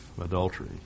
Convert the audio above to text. adultery